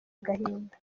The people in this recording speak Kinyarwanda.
agahinda